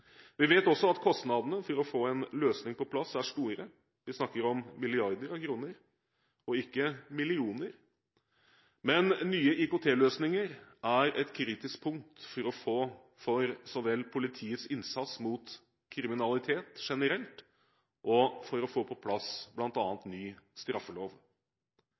Vi vet også at kostnadene for å få en løsning på plass er store. Vi snakker om milliarder av kroner og ikke millioner. Men nye IKT-løsninger er et kritisk punkt for så vel politiets innsats mot kriminalitet generelt og for å få på plass bl.a. ny straffelov.